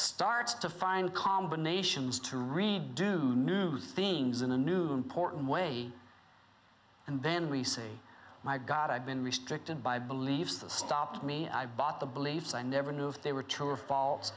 starts to find combinations to redo new things in a new porton way and then we see my god i've been restricted by believes that stopped me i bought the beliefs i never knew if they were true or fal